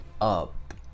up